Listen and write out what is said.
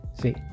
See